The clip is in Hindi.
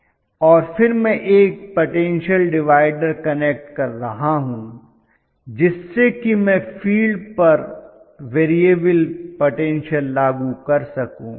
और फिर मैं एक पटेन्शल डिवाइडर कनेक्ट कर रहा हूं जिससे कि मैं फील्ड पर वेरीअबल पटेन्शल लागू कर सकूं